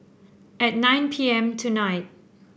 at nine P M tonight